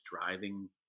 driving